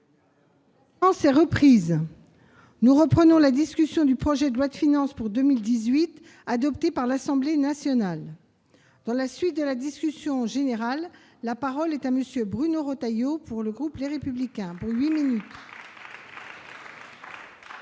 séance est reprise. Nous reprenons la discussion du projet de loi de finances pour 2018, adopté par l'Assemblée nationale. Dans la suite de la discussion générale, la parole est à M. Bruno Retailleau. Madame la présidente,